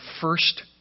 first